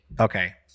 Okay